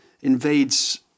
invades